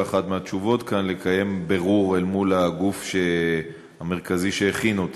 אחת מהתשובות כאן לקיים בירור אל מול הגוף המרכזי שהכין אותה.